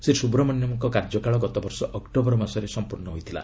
ଶ୍ରୀ ସୁବ୍ରମଣ୍ୟନ୍ଙ୍କ କାର୍ଯ୍ୟକାଳ ଗତବର୍ଷ ଅକ୍ଟୋବର ମାସରେ ସମ୍ପର୍ଣ୍ଣ ହୋଇଥିଲା